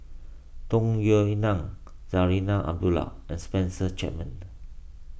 Tung Yue Nang Zarinah Abdullah and Spencer Chapman